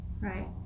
Right